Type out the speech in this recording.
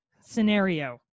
scenario